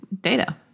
data